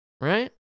Right